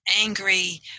angry